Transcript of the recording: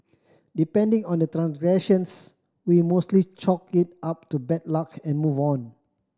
depending on the transgressions we mostly chalk it up to bad luck and move on